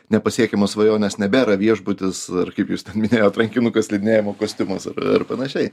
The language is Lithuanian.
nepasiekiamos svajonės nebėra viešbutis ar kaip jūs minėjot rankinukas slidinėjimo kostiumas ir panašiai